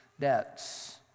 debts